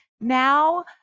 now